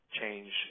change